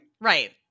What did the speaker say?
Right